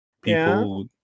people